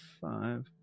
five